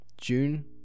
June